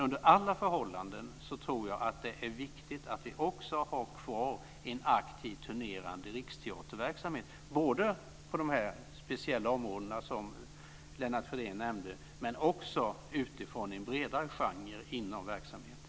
Under alla förhållanden är det viktigt att vi också har kvar en aktiv turnerande riksteaterverksamhet, både på de speciella områden som Lennart Fridén nämnde och utifrån en bredare genre inom verksamheten.